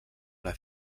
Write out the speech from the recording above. una